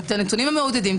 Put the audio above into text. את הנתונים המעודדים.